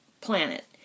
planet